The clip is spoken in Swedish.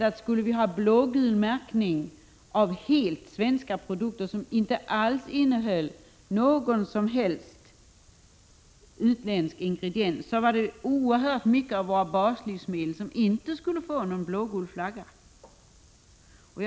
Om vi skulle ha en blågul märkning på helt svenska produkter som inte innehåller någon utländsk ingrediens skulle många av våra baslivsmedel inte få någon blågul märkning.